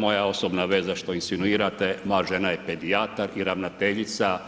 Gledajte, moja osobna veza što insinuirate, moja žena je pedijatar i ravnateljica